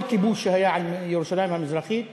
כל כיבוש שהיה על ירושלים המזרחית חלף.